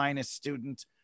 student